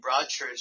Broadchurch